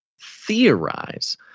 theorize